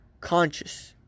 conscious